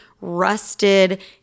rusted